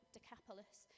Decapolis